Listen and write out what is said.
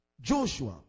joshua